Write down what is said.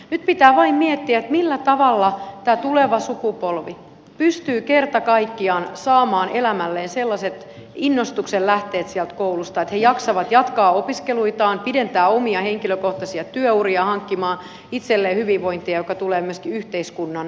nyt pitää vain miettiä millä tavalla tämä tuleva sukupolvi pystyy kerta kaikkiaan saamaan elämälleen sellaiset innostuksen lähteet sieltä koulusta että he jaksavat jatkaa opiskeluitaan pidentää omia henkilökohtaisia työuriaan hankkimaan itselleen hyvinvointia joka tulee myöskin yhteiskunnan hyödyksi